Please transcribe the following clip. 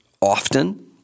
often